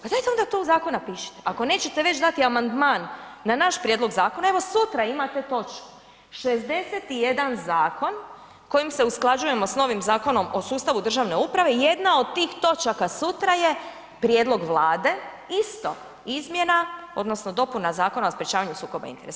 Pa dajte onda to u zakon napišite, ako nećete već dati amandman na naš prijedlog zakona, evo sutra imate točku 61 zakon kojim se usklađujemo s novim Zakonom o sustavu državne uprave jedna od tih točaka sutra je prijedlog Vlade, isto izmjena, odnosno dopuna Zakona o sprječavanju sukoba interesa.